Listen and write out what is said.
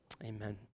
Amen